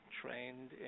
trained